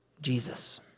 Jesus